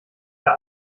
der